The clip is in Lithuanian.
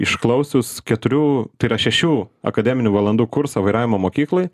išklausius keturių tai yra šešių akademinių valandų kursą vairavimo mokykloj